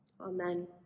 amen